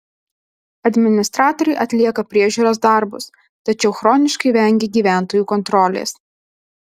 administratoriai atlieka priežiūros darbus tačiau chroniškai vengia gyventojų kontrolės